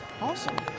Awesome